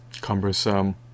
cumbersome